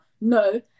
no